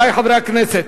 חברי חברי הכנסת,